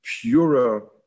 purer